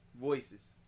Voices